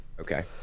Okay